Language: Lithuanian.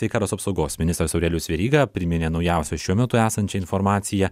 sveikatos apsaugos ministras aurelijus veryga priminė naujausią šiuo metu esančią informaciją